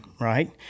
right